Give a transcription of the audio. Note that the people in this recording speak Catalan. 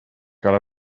cal